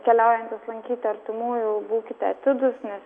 keliaujantys lankyti artimųjų būkite atidūs nes